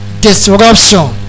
disruption